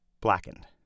Blackened